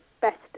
best